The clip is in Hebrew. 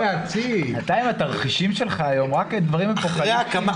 אתה עם התרחישים שלך היום, רק דברים אפוקליפטיים.